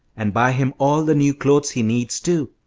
and buy him all the new clothes he needs, too.